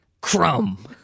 Crumb